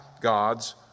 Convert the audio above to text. God's